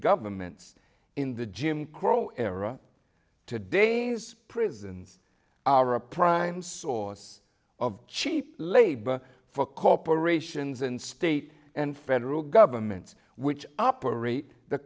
governments in the jim crow era today's prisons are a prime source of cheap labor for corporations and state and federal government which operate the